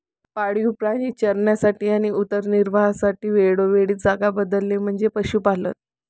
पाळीव प्राणी चरण्यासाठी आणि उदरनिर्वाहासाठी वेळोवेळी जागा बदलणे म्हणजे पशुपालन